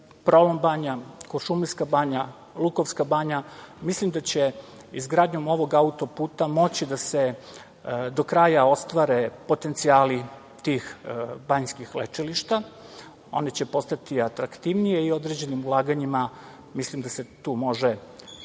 Prolom banja, Kuršumlijska banja, Lukovska banja. Mislim da će izgradnjom ovog auto-puta moći da se do kraja ostvare potencijali tih banjskih lečilišta, oni će postati atraktivniji i određenim ulaganjima mislim da se tu može postići